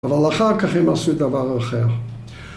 אבל לאחר כך הם עשו דבר אחר.